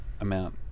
amount